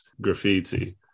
graffiti